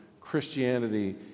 Christianity